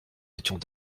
étions